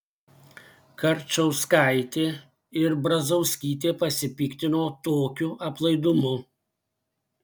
karčauskaitė ir brazauskytė pasipiktino tokiu aplaidumu